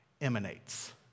emanates